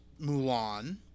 Mulan